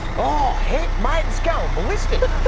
oh hit my tits gone ballistic